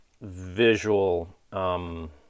visual